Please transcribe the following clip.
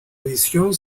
edición